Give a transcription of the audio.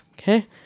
Okay